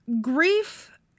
Grief